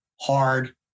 hard